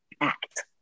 Act